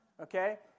Okay